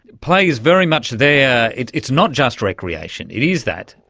play is very much there, it's it's not just recreation, it is that,